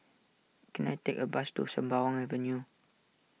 can I take a bus to Sembawang Avenue